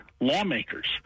lawmakers